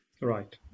Right